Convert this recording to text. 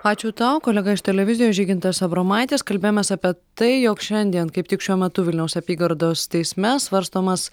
ačiū tau kolega iš televizijos žygintas abromaitis kalbėjomės apie tai jog šiandien kaip tik šiuo metu vilniaus apygardos teisme svarstomas